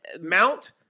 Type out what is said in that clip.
Mount